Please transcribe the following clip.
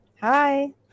Hi